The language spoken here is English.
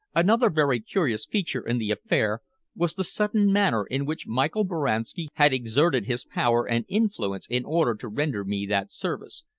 another very curious feature in the affair was the sudden manner in which michael boranski had exerted his power and influence in order to render me that service.